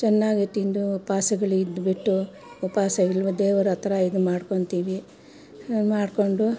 ಚೆನ್ನಾಗಿ ತಿಂದು ಉಪ್ವಾಸಗಳಿದ್ಬಿಟ್ಟು ಉಪ್ವಾಸ ದೇವರಹತ್ರ ಇದು ಮಾಡ್ಕೊಂತೀವಿ ಮಾಡಿಕೊಂಡು